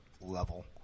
level